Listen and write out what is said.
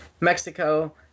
Mexico